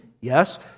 Yes